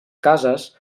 cases